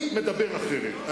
אני מדבר אחרת.